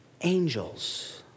Angels